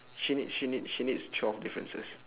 she needs she needs she needs twelve differences